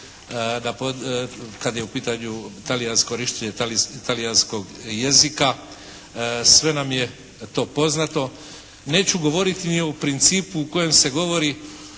kad je u pitanju talijansko korištenje, korištenje talijanskog jezika. Sve nam je to poznato. Neću govoriti ni o principu u kojem se govori